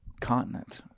continent